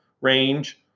range